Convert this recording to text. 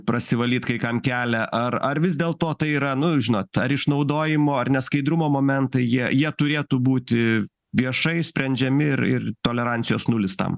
prasivalyt kai kam kelią ar ar vis dėlto tai yra nu žinot ar išnaudojimo ar neskaidrumo momentai jie jie turėtų būti viešai sprendžiami ir ir tolerancijos nulis tam